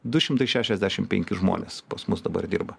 du šimtai šešiasdešimt penki žmonės pas mus dabar dirba